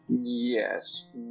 Yes